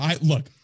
look